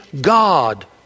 God